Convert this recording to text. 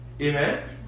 Amen